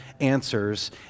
answers